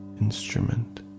instrument